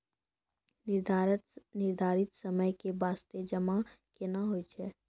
निर्धारित समय के बास्ते जमा केना होय छै?